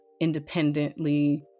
independently